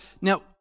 now